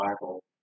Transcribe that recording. Bible